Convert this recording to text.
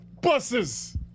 buses